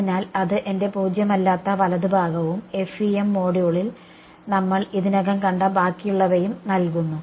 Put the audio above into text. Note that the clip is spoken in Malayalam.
അതിനാൽ അത് എന്റെ പൂജ്യമല്ലാത്ത വലതുഭാഗവും FEM മൊഡ്യൂളിൽ നമ്മൾ ഇതിനകം കണ്ട ബാക്കിയുള്ളവയും നൽകുന്നു